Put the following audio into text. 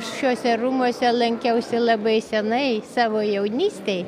šiuose rūmuose lankiausi labai senai savo jaunystėj